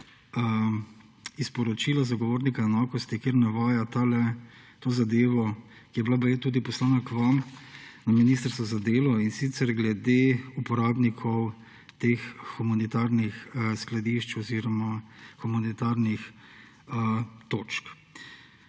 iz poročila Zagovornika načela enakosti, kjer navaja to zadevo, ki je bila baje tudi poslana k vam na Ministrstvo za delo, in sicer glede uporabnikov teh humanitarnih skladišč oziroma humanitarnih točk.